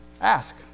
ask